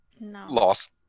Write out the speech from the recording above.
lost